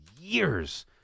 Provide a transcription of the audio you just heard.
years